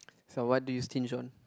so what do you stinge on